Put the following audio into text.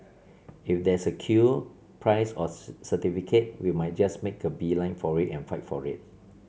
if there's a queue prize or certificate we might just make a beeline for it and fight for it